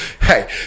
Hey